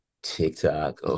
TikTok